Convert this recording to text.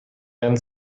and